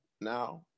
now